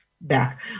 back